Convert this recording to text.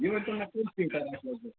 یہِ ؤنۍتَو مےٚ کٔژ سیٖٹر آسہِ لگ بگ